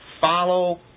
follow